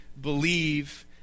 believe